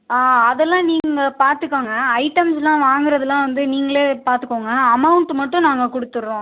ஆ அதெல்லாம் நீங்கள் பார்த்துக்கோங்க ஐட்டம்ஸ்லாம் வாங்குகிறதுலாம் வந்து நீங்களே பார்த்துக்கோங்க அமௌண்ட்டு மட்டும் நாங்க கொடுத்துறோம்